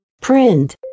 Print